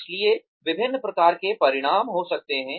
इसलिए विभिन्न प्रकार के परिणाम हो सकते हैं